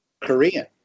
Korean